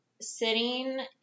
sitting